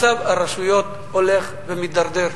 מצב הרשויות הולך ומידרדר,